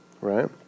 right